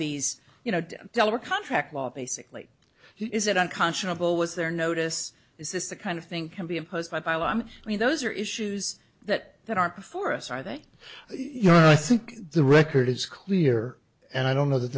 these you know dollar contract law basically is it unconscionable was there notice is this the kind of thing can be imposed by by law i'm i mean those are issues that that aren't before us are there you know i think the record is clear and i don't know that